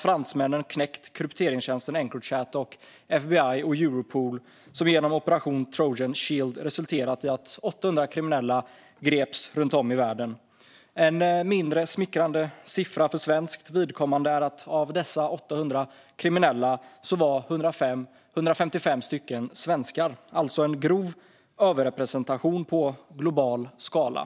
Fransmännen har knäckt krypteringstjänsten Encrochat, och FBI och Europol har genomfört operation Trojan Shield, som har resulterat i att 800 kriminella har gripits runt om i världen. En mindre smickrande siffra för svenskt vidkommande är att av dessa 800 kriminella är 155 svenskar - alltså en grov överrepresentation på en global skala.